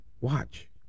Watch